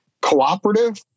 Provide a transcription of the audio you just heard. cooperative